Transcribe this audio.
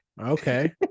Okay